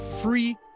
free